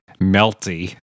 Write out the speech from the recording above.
melty